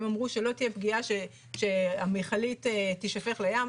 הם אמרו שלא תהיה פגיעה שהמכלית תישפך לים,